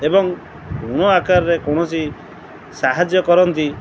ଏବଂ ଋଣ ଆକାରରେ କୌଣସି ସାହାଯ୍ୟ କରନ୍ତି